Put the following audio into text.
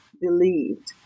believed